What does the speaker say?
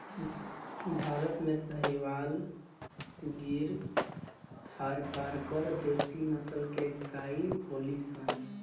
भारत में साहीवाल, गिर, थारपारकर देशी नसल के गाई होलि सन